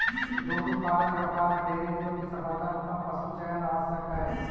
दुग्ध उत्पादन के व्यापार में डेयरी उद्योग की सफलता में उत्तम पशुचयन आवश्यक हई